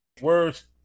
Words